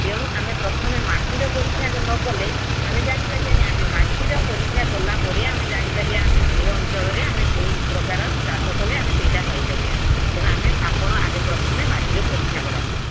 ତେଣୁ ଆମେ ପ୍ରଥମେ ମାଟିର ପରୀକ୍ଷା ନ କଲେ ଆମେ ଜାଣି ପାରିବା ନାହିଁ ଆମେ ମାଟିର ପରୀକ୍ଷା କଲା ପରେ ଆମେ ଜାଣିପାରିବା ଆମେ ଏ ଅଞ୍ଚଳରେ ଆମେ କେଉଁ ପ୍ରକାର ଚାଷ କଲେ ଆମେ ସେଇଟା ପାଇପାରିବା ତେଣୁ ଆମେ ଆପଣ ଆଗେ ପ୍ରଥମେ ମାଟିର ପରୀକ୍ଷା କରାନ୍ତୁ